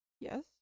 Yes